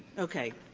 okay.